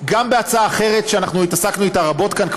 גם בהצעה אחרת שאנחנו התעסקנו איתה רבות כאן,